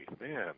man